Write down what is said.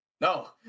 no